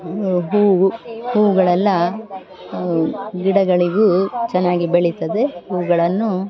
ಹೂವು ಹೂವುಗಳೆಲ್ಲ ಗಿಡಗಳಿಗೂ ಚೆನ್ನಾಗಿ ಬೆಳಿತದೆ ಹೂಗಳನ್ನು